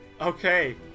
Okay